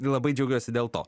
labai džiaugiuosi dėl to